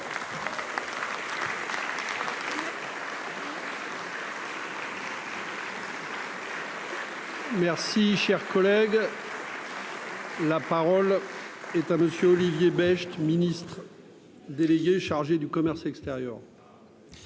Merci, cher collègue. Est à monsieur Olivier Becht Ministre. Délégué chargé du commerce extérieur.